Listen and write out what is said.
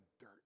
dirt